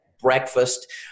breakfast